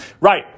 Right